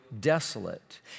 desolate